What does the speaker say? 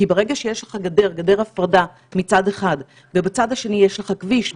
כי ברגע שיש לך גדר הפרדה מצד אחד ובצד השני יש לך כביש,